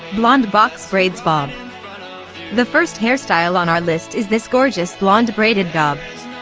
blonde box braids bob the first hairstyle on our list is this gorgeous blonde braided bob.